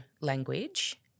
language